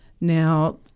now